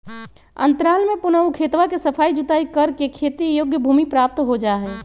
अंतराल में पुनः ऊ खेतवा के सफाई जुताई करके खेती योग्य भूमि प्राप्त हो जाहई